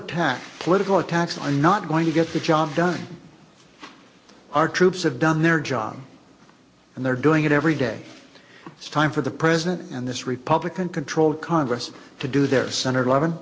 tax political attacks are not going to get the job done our troops have done their job and they're doing it every day it's time for the president and this republican controlled congress to do their senator levin